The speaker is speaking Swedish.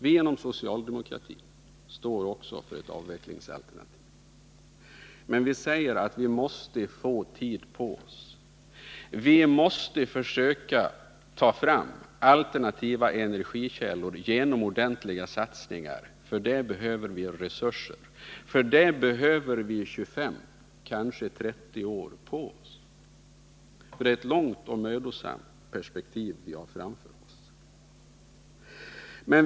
Vi inom socialdemokratin står också för ett avvecklingsalternativ, men vi säger att vi måste få tid på oss. Vi måste försöka ta fram alternativa energikällor genom ordentliga satsningar. För det behöver vi resurser. För det behöver vi 25, kanske 30 år. Det är ett långt och mödosamt arbete vi har framför oss.